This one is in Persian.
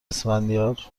اسفندیار